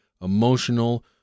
emotional